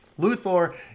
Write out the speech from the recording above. Luthor